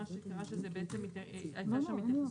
התיקון פה